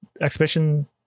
exhibition